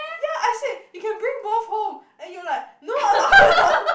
ya I swear you can bring both home and you are like no I'm not